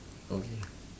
okay